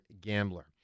gambler